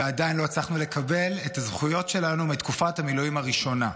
ועדיין לא הצלחנו לקבל את הזכויות שלנו מתקופת המילואים הראשונה.